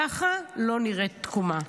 ככה לא נראית תקומה.